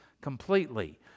completely